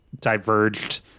diverged